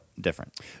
different